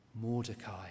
Mordecai